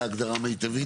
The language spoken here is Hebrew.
שזה הגדרה מיטבית?